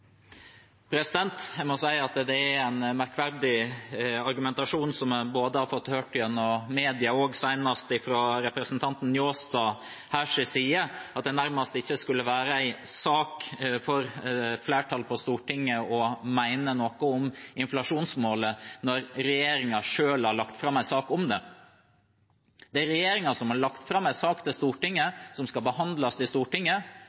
det. Jeg må si at det er en merkverdig argumentasjon, som jeg har hørt både gjennom media og senest fra representanten Njåstad, om at det nærmest ikke skulle være en sak for flertallet på Stortinget å mene noe om inflasjonsmålet når regjeringen selv har lagt fram en sak om det. Det er regjeringen som har lagt fram en sak for Stortinget,